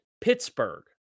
Pittsburgh